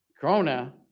Corona